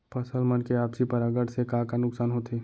फसल मन के आपसी परागण से का का नुकसान होथे?